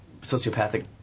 sociopathic